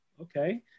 okay